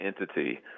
entity